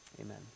amen